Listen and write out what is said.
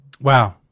wow